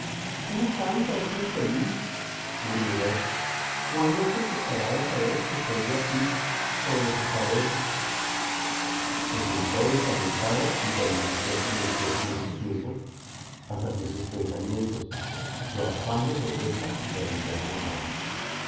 cómo canta ese infeliz murmuró cuán lejos estará de saber que estoy yo aquí sobre su cabeza se sentó desalentado y permaneció silencioso mucho tiempo hasta que sus pensamientos su afán de protesta le obligaron a hablar